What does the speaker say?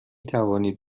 توانید